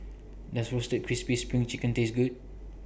Does Roasted Crispy SPRING Chicken Taste Good